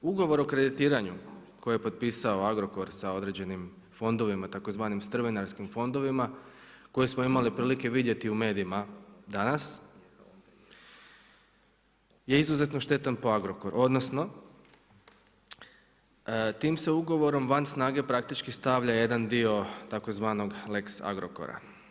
Ugovor o kreditiranju koji je potpisao Agrokor sa određenim fondovima, tzv. strvinarskim fondovima koji smo imali prilike vidjeti u medijima danas je izuzetno štetan po Agrokor odnosno tim se ugovorom van snage praktički stavlja jedan dio tzv. Lex Agrokora.